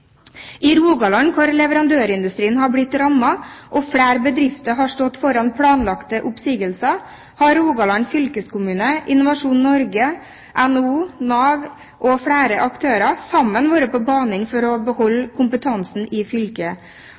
I Rogaland, hvor leverandørindustrien har blitt rammet og flere bedrifter har stått foran planlagte oppsigelser, har Rogaland fylkeskommune, Innovasjon Norge, NHO, NAV og flere aktører sammen vært på banen for å beholde kompetansen i fylket.